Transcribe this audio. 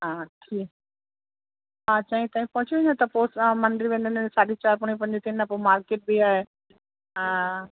हा ठीकु तव्हांखे चईं ताईं पहुंची वञो त पोइ तव्हां मंदिर वञण में साढी चारि पौणी पंज थींदा पोइ मार्केट बि आहे हा